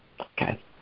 Okay